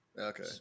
okay